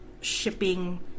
shipping